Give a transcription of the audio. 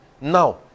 Now